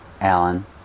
Alan